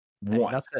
One